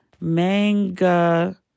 Manga